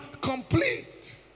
complete